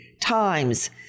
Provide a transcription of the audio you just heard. times